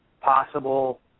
possible